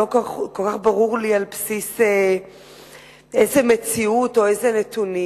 לא כל כך ברור לי על בסיס איזה מציאות ואיזה נתונים.